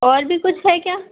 और भी कुछ है क्या